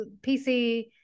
PC